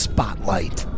Spotlight